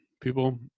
people